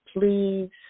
Please